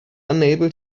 unable